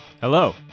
Hello